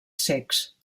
cecs